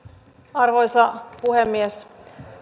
arvoisa puhemies